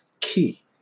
key